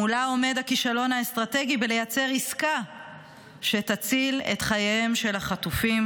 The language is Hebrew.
מולו עומד הכישלון האסטרטגי לייצר עסקה שתציל את חייהם של החטופים,